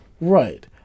Right